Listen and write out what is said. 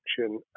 action